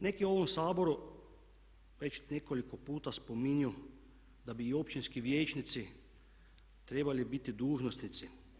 Neki u ovom Saboru već nekolik puta spominju da bi i općinski vijećnici trebali biti dužnosnici.